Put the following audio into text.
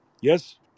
Yes